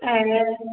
ऐं